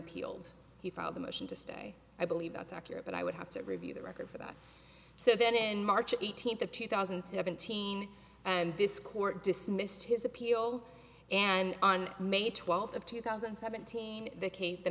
appealed he filed a motion to stay i believe that's accurate but i would have to review the record for that so that in march eighteenth of two thousand and seventeen and this court dismissed his appeal and on may twelfth of two thousand and seventeen vacate the